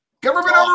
Government